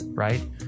Right